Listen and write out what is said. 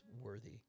worthy